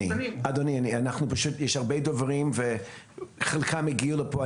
יש הרבה דוברים וחלקם הגיעו לפה.